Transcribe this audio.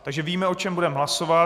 Takže víme, o čem budeme hlasovat.